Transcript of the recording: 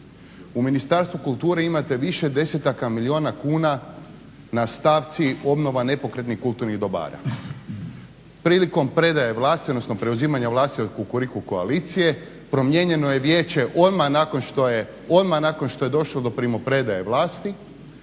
U Ministarstvu kulture imate više desetaka milijuna kuna na stavci obnova nepokretnih kulturnih dobara. Prilikom predaje vlasti odnosno preuzimanja vlasti od Kukuriku koalicije promijenjeno je vijeće odmah nakon što je došlo do primopredaje vlasti,